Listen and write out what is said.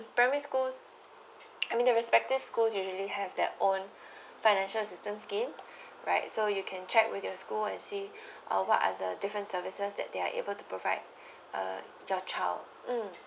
primary schools I mean a perspective school usually have their own financial assistance scheme right so you can check with your school and see what are the different services they are able to provide uh your child mm